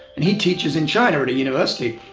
and he teaches in china at a university,